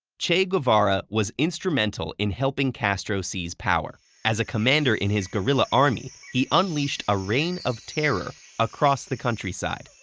che guevara was instrumental in helping castro seize power. as a commander in his guerilla army, he unleashed a reign of terror across the countryside,